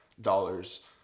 dollars